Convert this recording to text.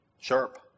sharp